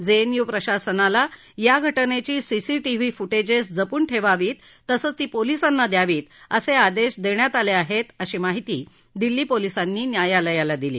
JNU प्रशासनाला या घटनेचे सीसीटीव्ही फुटेज जपून ठेवावीत यावेत तसंच ते पोलिसांना द्यावीत असे आदेश देण्यात आले आहेत अशी माहिती दिल्ली पोलिसांनी न्यायालयाला दिली